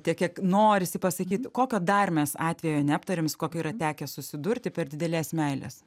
tiek kiek norisi pasakyt kokio dar mes atvejo neaptarėm su kokiu yra tekę susidurti per didelės meilės